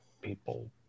people